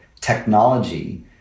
technology